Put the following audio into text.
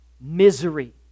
misery